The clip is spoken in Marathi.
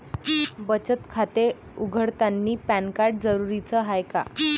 बचत खाते उघडतानी पॅन कार्ड जरुरीच हाय का?